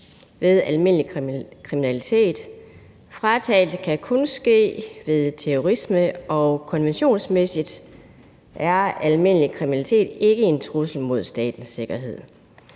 ved almindelig kriminalitet. Fratagelse kan kun ske ved terrorisme, og konventionsmæssigt er almindelig kriminalitet ikke en trussel mod statens sikkerhed.